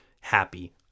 happy